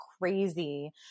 crazy